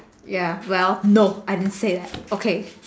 ya well no I didn't say that okay